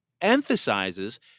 emphasizes